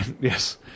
Yes